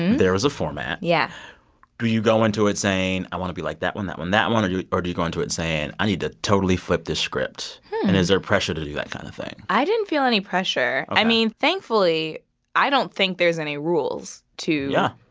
there is a format yeah do you go into it saying, i want to be like that one, that one, that one? or do or do you go into it saying, i need to totally flip this script? and is there pressure to do that kind of thing? i didn't feel any pressure ok i mean thankfully i don't think there's any rules to. yeah.